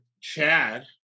Chad